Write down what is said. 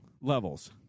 levels